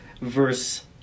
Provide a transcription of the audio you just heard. verse